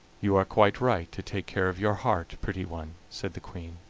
you are quite right to take care of your heart, pretty one, said the queen.